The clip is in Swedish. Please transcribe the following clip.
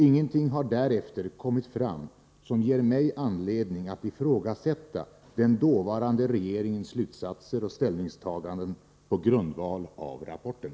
Ingenting har därefter kommit fram som ger mig anledning att ifrågasätta den dåvarande regeringens slutsatser och ställningstaganden på grundval av rapporten.